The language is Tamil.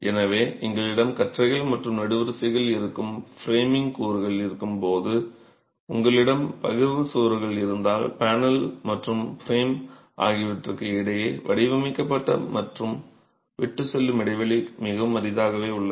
எனவே எங்களிடம் கற்றைகள் மற்றும் நெடுவரிசைகள் இருக்கும் ஃப்ரேமிங் கூறுகள் இருக்கும்போது உங்களிடம் பகிர்வு சுவர்கள் இருந்தால் பேனல் மற்றும் பிரேம் ஆகியவற்றுக்கு இடையே வடிவமைக்கப்பட்ட மற்றும் விட்டுச்செல்லும் இடைவெளி மிகவும் அரிதாகவே உள்ளது